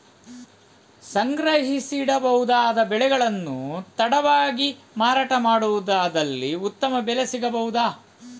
ಸಂಗ್ರಹಿಸಿಡಬಹುದಾದ ಬೆಳೆಗಳನ್ನು ತಡವಾಗಿ ಮಾರಾಟ ಮಾಡುವುದಾದಲ್ಲಿ ಉತ್ತಮ ಬೆಲೆ ಸಿಗಬಹುದಾ?